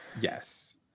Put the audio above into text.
Yes